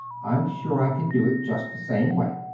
i'm sure i can do it just the same way.